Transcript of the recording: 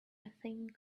thing